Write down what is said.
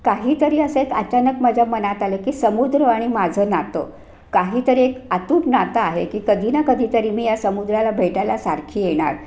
काहीतरी असं एक अचानक माझ्या मनात आलं की समुद्र आणि माझं नातं काहीतरी एक अतूट नातं आहे की कधी ना कधीतरी मी या समुद्राला भेटायला सारखी येणार